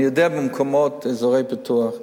אני יודע במקומות באזורי פיתוח,